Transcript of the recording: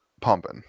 pumping